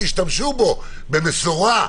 תשמשו בו במשורה,